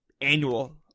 annual